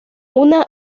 una